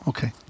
Okay